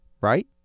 Right